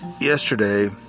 yesterday